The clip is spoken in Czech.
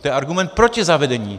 To je argument proti zavedení.